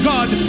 God